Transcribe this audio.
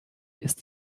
ist